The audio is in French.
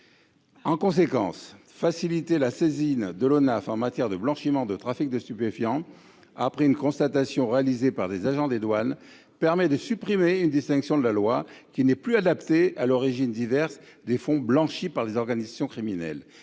des douanes. Faciliter la saisine de l’Onaf en matière de blanchiment de trafic de stupéfiants, après une constatation réalisée par les agents des douanes, permet de supprimer dans la loi une distinction qui n’est plus adaptée à l’origine diverse des fonds blanchis par les organisations criminelles.